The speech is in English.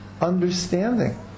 understanding